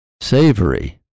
savory